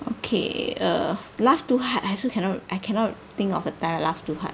okay err laugh too hard I also cannot I cannot think of a thorough laugh too hard